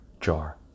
jar